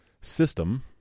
system